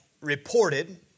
reported